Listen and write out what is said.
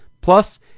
Plus